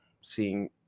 seeing